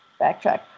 backtrack